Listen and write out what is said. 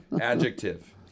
Adjective